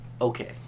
okay